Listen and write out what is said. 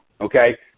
Okay